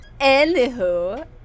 Anywho